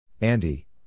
Andy